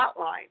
hotline